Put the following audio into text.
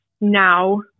now